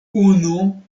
unu